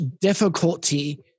difficulty